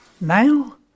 Now